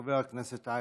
חבר הכנסת אייכלר,